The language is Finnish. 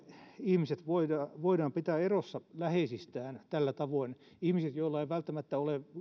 ihmiset voidaan pitää erossa läheisistään tällä tavoin ihmiset joilla ei välttämättä ole